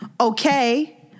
okay